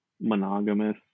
monogamous